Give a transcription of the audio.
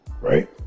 Right